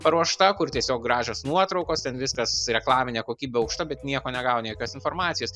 paruošta kur tiesiog gražios nuotraukos ten viskas reklaminė kokybė aukšta bet nieko negauni jokios informacijos